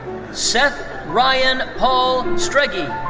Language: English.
seth ryan paul strege.